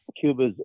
Cuba's